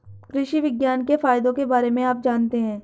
कृषि विज्ञान के फायदों के बारे में आप जानते हैं?